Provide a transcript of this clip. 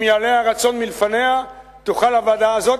אם יעלה הרצון מלפניה תוכל הוועדה הזאת